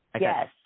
Yes